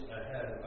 ahead